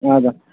हजुर